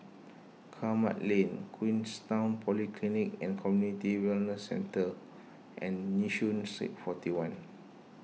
Kramat Lane Queenstown Polyclinic and Community Wellness Centre and Yishun Street forty one